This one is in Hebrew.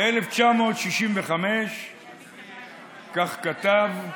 ב-1965 כך כתב: